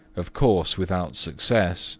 of course without success